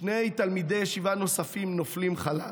שני תלמידי ישיבה נוספים נופלים חלל.